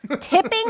Tipping